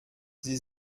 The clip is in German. sie